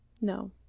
no